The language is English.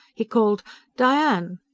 he called diane!